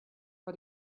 but